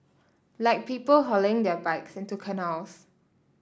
like people hurling their bikes into canals